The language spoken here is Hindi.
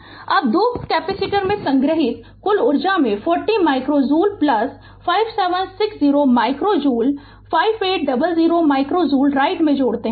Refer Slide Time 3443 अब 2 कैपेसिटर में संग्रहीत कुल ऊर्जा में 40 micro joule 5760 micro joule 5800 micro joule right में जोड़ते हैं